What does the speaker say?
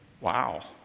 Wow